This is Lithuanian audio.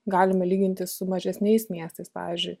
galima lyginti su mažesniais miestais pavyzdžiui